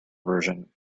version